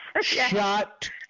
shut